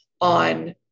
on